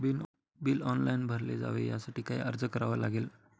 Bill online भरले जावे यासाठी काय अर्ज करावा लागेल?